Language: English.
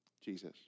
Jesus